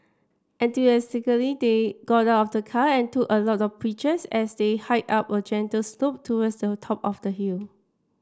enthusiastically they got out of the car and took a lot of pictures as they hiked up a gentle slope towards the top of the hill